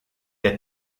der